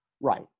Right